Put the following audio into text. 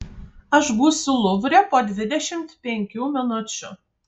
aš būsiu luvre po dvidešimt penkių minučių